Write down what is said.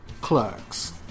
Clerks